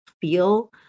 feel